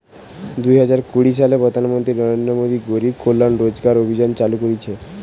দুই হাজার কুড়ি সালে প্রধান মন্ত্রী নরেন্দ্র মোদী গরিব কল্যাণ রোজগার অভিযান চালু করিছে